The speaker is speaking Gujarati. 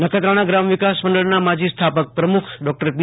નખેત્રાણા ગ્રામ વિકાસ મંડળના માજી સ્થાપક પ્રમુખ ડોક્ટર પી